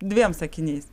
dviem sakiniais